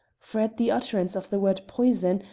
for at the utterance of the word poison,